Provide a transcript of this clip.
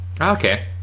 Okay